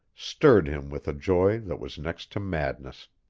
stirred him with a joy that was next to madness.